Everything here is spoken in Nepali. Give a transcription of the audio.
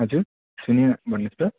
हजुर सुनिनँ भन्नुहोस् त